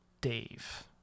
Dave